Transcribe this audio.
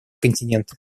континенты